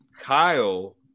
Kyle